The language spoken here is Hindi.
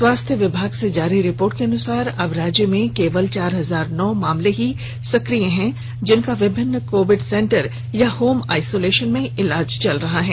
स्वास्थ्य विभाग से जारी रिपोर्ट के अनुसार अब राज्य में केवल चार हजार नौ मामले ही सकिय हैं जिनका विभिन्न कोविड सेंटर या होम आइसोलेशन में इलाज चल रहा है